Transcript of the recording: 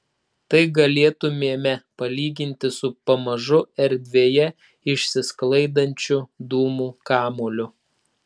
tai galėtumėme palyginti su pamažu erdvėje išsisklaidančiu dūmų kamuoliu